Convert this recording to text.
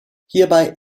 hierbei